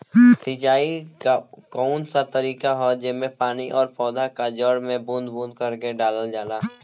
सिंचाई क कउन सा तरीका ह जेम्मे पानी और पौधा क जड़ में बूंद बूंद करके डालल जाला?